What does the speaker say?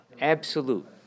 absolute